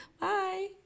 Bye